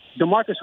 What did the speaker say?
DeMarcus